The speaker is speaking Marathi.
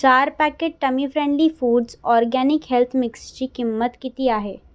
चार packet tummy friendly foods organic health मिक्सची किंमत किती आहे